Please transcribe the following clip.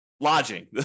Lodging